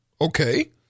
Okay